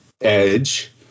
Edge